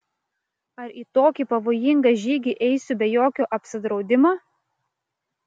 ar į tokį pavojingą žygį eisiu be jokio apsidraudimo